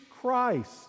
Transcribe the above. Christ